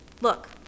Look